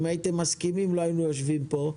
אם הייתם מסכימים, לא היינו יושבים פה.